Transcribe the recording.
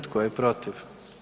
Tko je protiv?